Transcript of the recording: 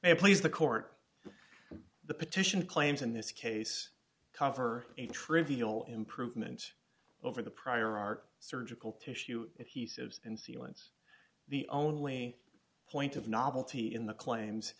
so please the court the petition claims in this case cover a trivial improvement over the prior art surgical tissue that he said and see once the only point of novelty in the claims